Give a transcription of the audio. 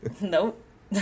Nope